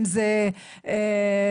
אם זה שמיכות.